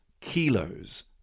kilos